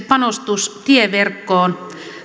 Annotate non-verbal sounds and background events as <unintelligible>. <unintelligible> panostus tieverkkoon